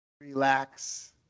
relax